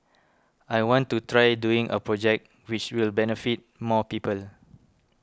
I want to try doing a project which will benefit more people